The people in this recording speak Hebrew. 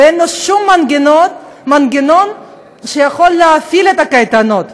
ואין לו שום מנגנון שיכול להפעיל את הקייטנות.